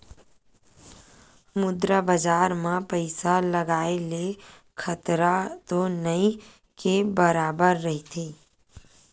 मुद्रा बजार म पइसा लगाय ले खतरा तो नइ के बरोबर रहिथे